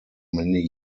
many